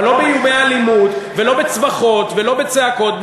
אבל לא באיומי אלימות, ולא בצווחות, ולא בצעקות.